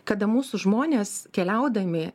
kada mūsų žmonės keliaudami